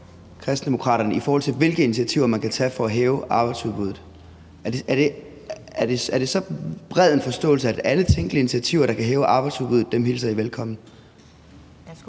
i forhold til hvilke initiativer man kan tage for at hæve arbejdsudbuddet? Er det så bred en forståelse, at alle tænkelige initiativer, der kan hæve arbejdsudbuddet, hilser I velkommen?